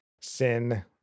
sin